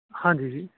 ਹਾਂਜੀ ਜੀ